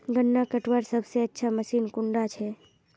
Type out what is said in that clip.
गन्ना कटवार सबसे अच्छा मशीन कुन डा छे?